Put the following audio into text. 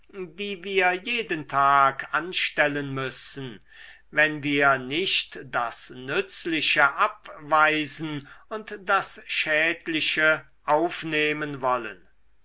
die wir jeden tag anstellen müssen wenn wir nicht das nützliche abweisen und das schädliche aufnehmen wollen